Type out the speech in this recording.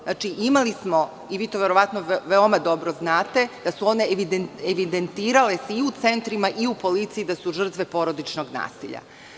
Znači, imali smo i vi to verovatno veoma dobro znate, da su se one evidentirale i u centrima i u policiji, da su žrtve porodičnog nasilja.